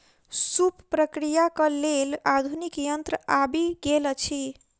सूप प्रक्रियाक लेल आधुनिक यंत्र आबि गेल अछि